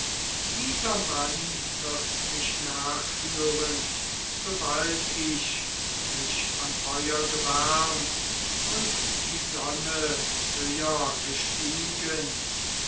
dieser mann wird mich nachführen sobald ich mich am feuer gewärmt und die sonne höher gestiegen